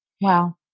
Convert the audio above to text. Wow